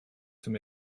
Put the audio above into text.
zum